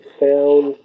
found